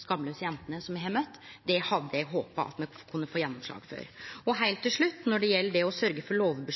skamlause jentene» som me har møtt. Det hadde eg håpa at me kunne få gjennomslag for. Heilt til slutt: Når det gjeld det å sørgje for lovvern